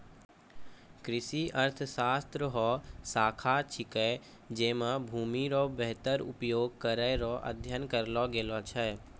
कृषि अर्थशास्त्र हौ शाखा छिकै जैमे भूमि रो वेहतर उपयोग करै रो अध्ययन करलो गेलो छै